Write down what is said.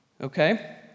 Okay